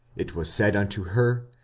it was said unto her,